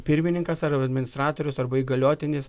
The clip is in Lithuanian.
pirmininkas ar administratorius arba įgaliotinis